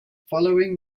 following